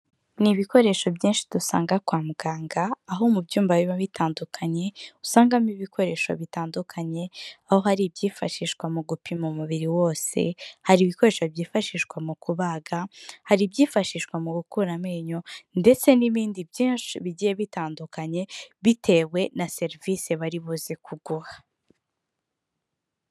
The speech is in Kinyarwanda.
Ni ibikoresho byinshi dusanga kwa muganga, aho mu byumba biba bitandukanye usangamo ibikoresho bitandukanye, aho hari ibyifashishwa mu gupima umubiri wose, hari ibikoresho byifashishwa mu kubaga, hari ibyifashishwa mu gukura amenyo ndetse n'ibindi byinshi bigiye bitandukanye bitewe na serivisi bari buze kuguha.